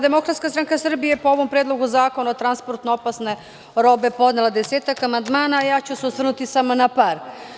Demokratska stranka Srbije po ovom Predlogu zakona o transportu opasne robe podnela je desetak amandmana, a ja ću se osvrnuti samo na par.